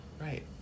right